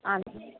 ആ